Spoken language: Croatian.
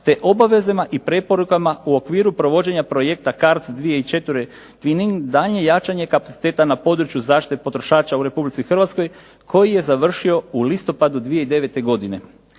te obavezama i preporukama u okviru provođenja projekta CARDS 2004. twinning daljnje jačanje kapaciteta na području zaštite potrošača u Republici Hrvatskoj koji je završio u listopadu 2009. godine.